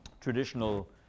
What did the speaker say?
traditional